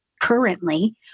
currently